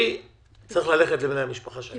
צריך ללכת אל בני המשפחה שלהם.